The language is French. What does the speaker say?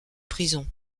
prison